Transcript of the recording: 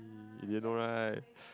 you didn't know right